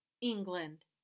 England